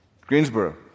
Greensboro